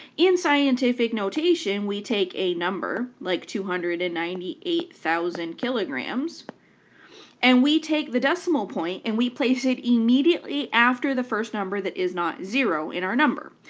in scientific notation we take a number like two hundred and ninety eight thousand kilograms and we take the decimal point and we place it immediately after the first number that is not zero in our number.